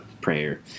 prayer